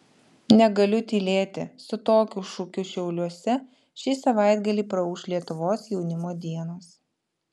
negaliu tylėti su tokiu šūkiu šiauliuose šį savaitgalį praūš lietuvos jaunimo dienos